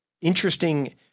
interesting